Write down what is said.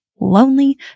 lonely